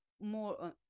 more